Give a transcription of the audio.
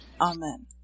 Amen